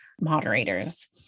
moderators